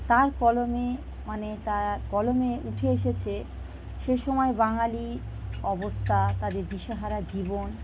তাঁর কলমে মানে তাঁর কলমে উঠে এসেছে সে সময়ে বাঙালি অবস্থা তাদের দিশেহারা জীবন